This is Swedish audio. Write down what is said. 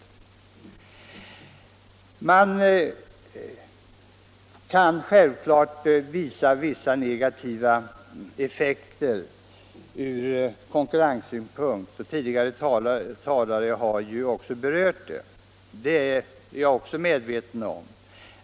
Man kan självfallet finna vissa negativa effekter från konkurrenssynpunkt, och tidigare talare har också berört dem.